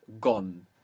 gone